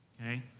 okay